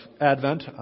Advent